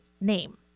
name